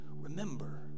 remember